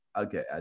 Okay